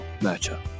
Matchup